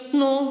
no